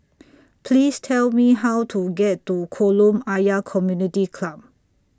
Please Tell Me How to get to Kolam Ayer Community Club